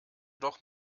doch